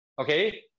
Okay